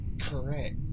correct